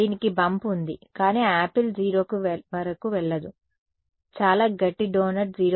దీనికి బంప్ ఉంది కానీ యాపిల్ 0 వరకు వెళ్లదు చాలా గట్టి డోనట్ 0కి వెళ్లవచ్చు